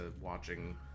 watching